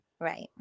Right